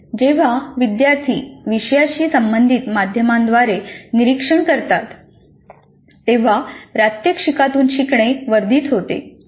जेव्हा विद्यार्थी विषयाशी संबंधित माध्यमांद्वारे निरीक्षण करतात तेव्हा प्रात्यक्षिकातून शिकणे वर्धित होते